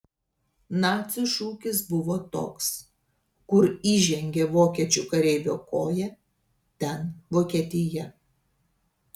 nacių šūkis buvo toks kur įžengė vokiečių kareivio koja ten vokietija